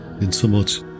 insomuch